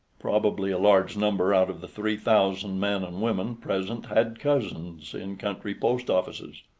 probably a large number out of the three thousand men and women present had cousins in country post offices.